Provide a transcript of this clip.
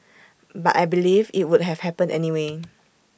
but I believe IT would have happened anyway